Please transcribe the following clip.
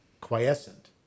quiescent